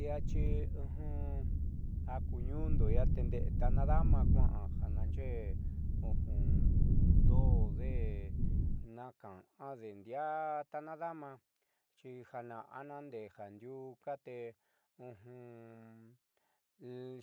I'iaxi jaku ñuundo i'ia ten de'e tanadoma kua'a ja naanxe'e doode najka'ande nidaá tanadama xi jana'ama ndee jandiuu ka te